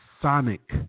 sonic